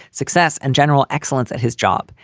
success and general excellence at his job.